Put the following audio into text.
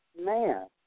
man